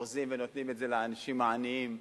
אורזים ונותנים את זה לאנשים העניים,